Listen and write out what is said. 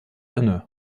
inne